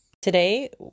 Today